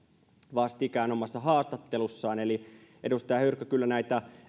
vastikään omassa haastattelussaan eli edustaja hyrkkö kyllä näitä